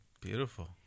Beautiful